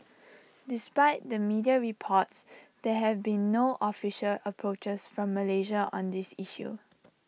despite the media reports there have been no official approaches from Malaysia on this issue